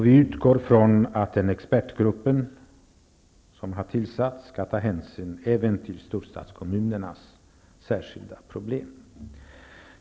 Vi utgår från att den expertgrupp som har tillsatts skall ta hänsyn även till storstadskommunernas särskilda problem.